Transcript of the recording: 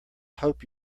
hope